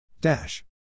Dash